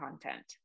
content